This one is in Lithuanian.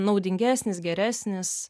naudingesnis geresnis